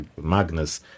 Magnus